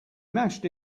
mashed